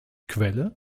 quelle